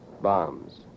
Bombs